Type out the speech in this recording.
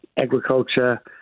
agriculture